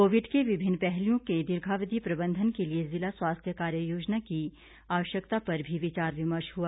Covid के विभिन्न पहलुओं के दीर्घावधि प्रबंधन के लिए जिला स्वास्थ्य कार्य योजना की आवश्यकता पर भी विचार विमर्श हुआ